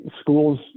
schools